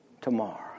tomorrow